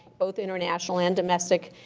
both international and domestic.